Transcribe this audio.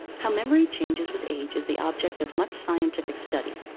how memory changes with age is the object of much scientific study.